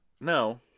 No